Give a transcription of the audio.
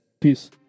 Peace